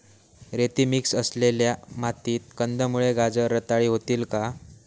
रेती मिक्स असलेल्या मातीत कंदमुळे, गाजर रताळी होतील का?